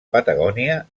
patagònia